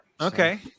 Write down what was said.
Okay